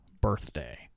birthday